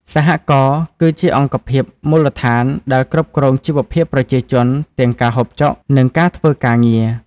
«សហករណ៍» គឺជាអង្គភាពមូលដ្ឋានដែលគ្រប់គ្រងជីវភាពប្រជាជនទាំងការហូបចុក និងការធ្វើការងារ។